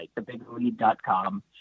thebiglead.com